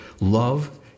love